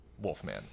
Wolfman